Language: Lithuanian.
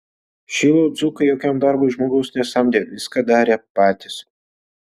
šilų dzūkai jokiam darbui žmogaus nesamdė viską darė patys